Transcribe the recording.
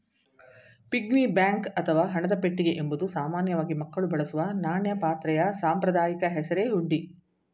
piggy bank ಅಥವಾ ಹಣದ ಪೆಟ್ಟಿಗೆ ಎಂಬುದು ಸಾಮಾನ್ಯವಾಗಿ ಮಕ್ಕಳು ಬಳಸುವ ನಾಣ್ಯ ಪಾತ್ರೆಯ ಸಾಂಪ್ರದಾಯಿಕ ಹೆಸರೇ ಹುಂಡಿ